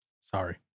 sorry